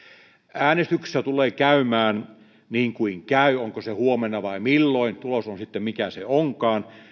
äänestyksessä tulee käymään niin kuin käy onko se huomenna vai milloin tulos on sitten se mikä se onkin